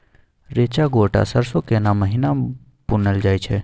रेचा, गोट आ सरसो केना महिना बुनल जाय छै?